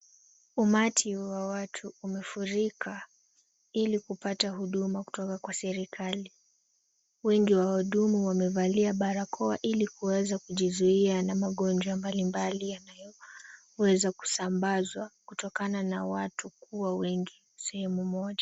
Umati wa watu umefurika ili kupata huduma kutoka kwa serikali. Wengi wa wahudumu wamevalia barakoa, ili kuweza kujizuia na magonjwa mbalimbai yanayoweza kusambazwa, kutokana na watu kuwa wengi sehemu moja.